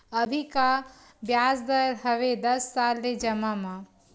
अभी का ब्याज दर हवे दस साल ले जमा मा?